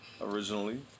originally